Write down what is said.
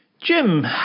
Jim